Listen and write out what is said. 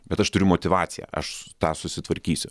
bet aš turiu motyvaciją aš tą susitvarkysiu